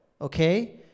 okay